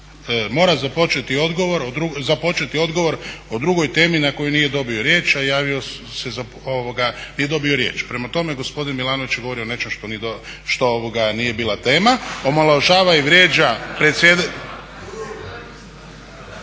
mora započeti odgovor o drugoj temi na koju nije dobio riječ, a javio se za, nije dobio riječ. Prema tome, gospodin Milanović je govorio o nečem što nije bila tema, omalovažava i vrijeđa.